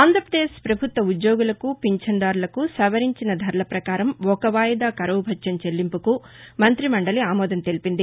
ఆంధ్రాపదేశ్ ప్రభుత్వ ఉద్యోగులకు పింఛను దారులకు సవరించిన ధరల ప్రకారం ఒక వాయిదా కరవు భత్యం చెల్లింపుకు మంత్రి మండలి ఆమోదం తెలిపింది